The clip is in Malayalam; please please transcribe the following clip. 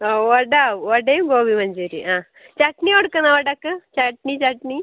ഓ വട വടയും ഗോബി മഞ്ചൂരി ആ ചട്ണി കൊടുക്കുന്നോ വടയ്ക്ക് ചട്ണി ചട്ണി